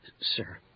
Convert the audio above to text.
Sir